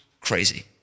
Crazy